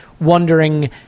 wondering